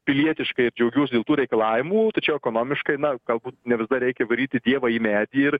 pilietiškai ir džiaugiuosi dėl tų reikalavimų tačiau ekonomiškai na galbūt ne visada reikia varyti dievą į medį ir